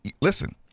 Listen